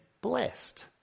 blessed